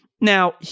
now